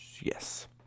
Yes